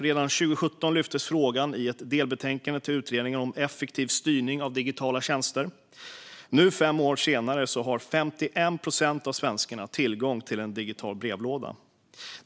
Redan 2017 lyftes frågan fram i ett delbetänkande till utredningen om effektiv styrning av digitala tjänster. Nu, fem år senare, har 51 procent av svenskarna tillgång till en digital brevlåda.